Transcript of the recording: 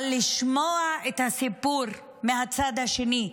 אבל לשמוע את הסיפור מהצד השני,